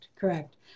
correct